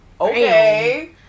okay